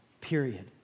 Period